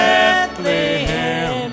Bethlehem